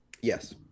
Yes